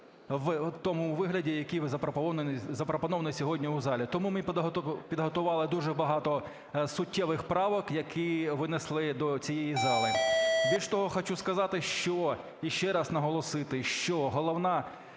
в тому вигляді, який запропонований сьогодні в залі. Тому ми підготували дуже багато суттєвих правок, які винесли до цієї зали. Більш того, хочу сказати і ще раз наголосити, що головна